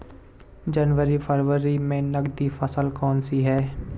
जनवरी फरवरी में नकदी फसल कौनसी है?